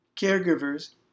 Caregivers